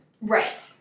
Right